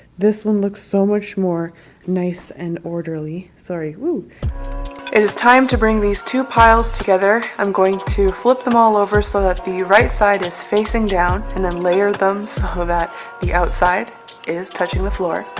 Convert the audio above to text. this one looks so much more nice and orderly. sorry whew it is time to bring these two piles together i'm going to flip them all over so that the right side is facing down and then layer them so that the outside is touching the floor.